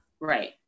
right